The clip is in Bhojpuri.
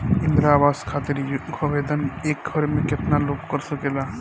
इंद्रा आवास खातिर आवेदन एक घर से केतना लोग कर सकेला?